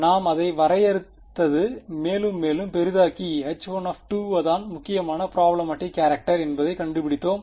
நாம் அதை வரையறுத்தது மேலும் மேலும் பெரிதாக்கி H1 தான் முக்கியமான ப்ப்ராப்லமாடிக் கேரக்ட்டர் என்பதை கண்டுபிடித்தோம்